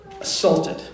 assaulted